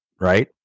right